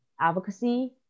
advocacy